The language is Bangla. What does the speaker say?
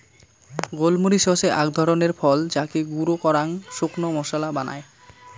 গোল মরিচ হসে আক ধরণের ফল যাকে গুঁড়ো করাং শুকনো মশলা বানায়